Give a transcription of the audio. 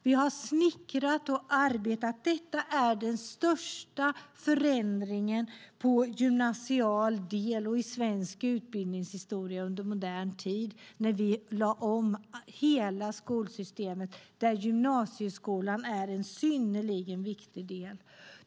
Vi har snickrat och arbetat. Det var den största förändringen i gymnasial del och i svensk utbildningshistoria under modern tid när vi lade om hela skolsystemet, där gymnasieskolan är en synnerligen viktig del.